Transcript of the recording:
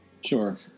Sure